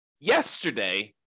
yesterday